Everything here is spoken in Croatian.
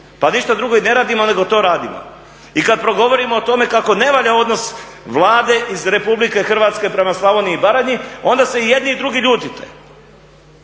Pa ništa drugo i ne radimo nego to radimo. I kad progovorimo o tome kako ne valja odnos Vlade iz Republike Hrvatske prema Slavoniji i Baranji onda se jedni i drugi ljutite,